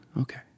Okay